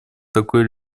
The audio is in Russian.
такой